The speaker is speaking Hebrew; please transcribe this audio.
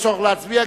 יש צורך להצביע,